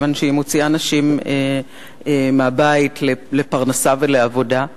כיוון שהיא מוציאה נשים מהבית לפרנסה ולעבודה,